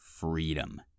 freedom